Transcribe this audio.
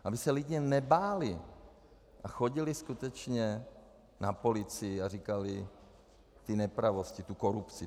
Aby se lidi nebáli a chodili skutečně na policii a říkali ty nepravosti, tu korupci.